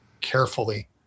carefully